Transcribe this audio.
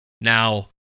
now